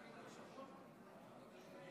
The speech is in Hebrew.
דגל התורה: בעד, 54, נגד, 57,